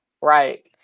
Right